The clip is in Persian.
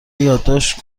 یادداشت